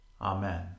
Amen